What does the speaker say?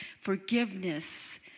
forgiveness